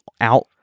out